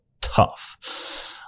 tough